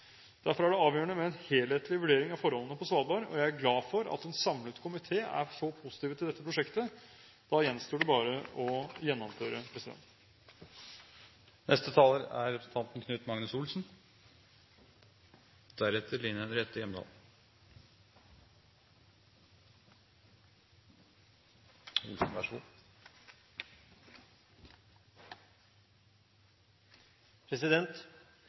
Derfor er det avgjørende med en helhetlig vurdering av forholdene på Svalbard. Jeg er glad for at en samlet komité er så positiv til dette prosjektet. Da gjenstår det bare å gjennomføre. Spørsmålet om etablering av kullkraftverk med fullskala CO2-fangstanlegg på Svalbard omfatter en rekke store spørsmål. Ett av dem er